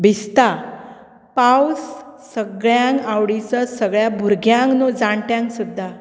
भिजता पावस सगळ्यांक आवडीचो सगळ्या भुरग्यांत न्हू जाणट्यांक सुद्दां